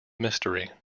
mystery